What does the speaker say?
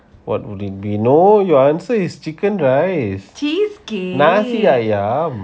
what would it be no your answer is chicken rice nasi ayam